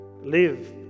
Live